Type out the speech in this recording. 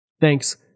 Thanks